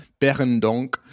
Berendonk